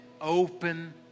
open